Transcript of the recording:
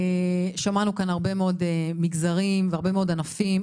שמענו כאן הרבה מאוד מגזרים וענפים,